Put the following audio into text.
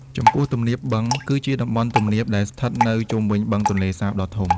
ចំពោះ ទំនាបបឹង គឺជាតំបន់ទំនាបដែលស្ថិតនៅជុំវិញបឹងទន្លេសាបដ៏ធំ។